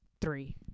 three